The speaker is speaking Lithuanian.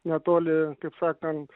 netoli kaip sakant